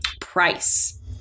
price